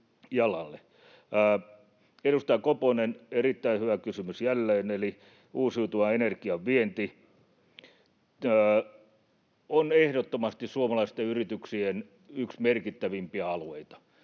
Edustaja Koponen, erittäin hyvä kysymys jälleen, eli uusiutuvan energian vienti on ehdottomasti suomalaisten yrityksien yksi merkittävimpiä alueita.